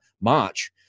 march